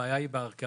הבעיה היא בהרכבה,